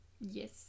yes